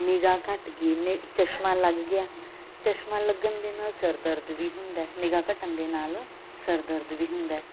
ਨਿਗ੍ਹਾ ਘੱਟ ਗਈ ਨਿ ਚਸ਼ਮਾ ਲੱਗ ਗਿਆ ਚਸ਼ਮਾ ਲੱਗਣ ਦੇ ਨਾਲ ਸਿਰ ਦਰਦ ਵੀ ਹੁੰਦਾ ਨਿਗ੍ਹਾ ਘਟਣ ਦੇ ਨਾਲ ਸਿਰ ਦਰਦ ਵੀ ਹੁੰਦਾ